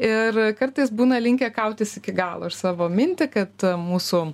ir kartais būna linkę kautis iki galo ir savo mintį kad mūsų